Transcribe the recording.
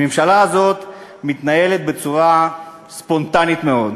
הממשלה הזאת מתנהלת בצורה ספונטנית מאוד.